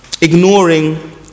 ignoring